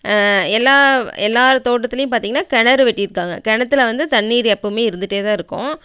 எல்லா எல்லாரு தோட்டத்துலையும் பார்த்தீங்கன்னா கிணறு வெட்டிருக்காங்க கிணத்துல வந்து தண்ணீர் எப்போமே இருந்துகிட்டே தான் இருக்கும்